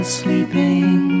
sleeping